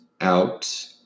out